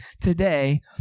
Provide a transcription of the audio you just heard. today